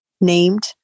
named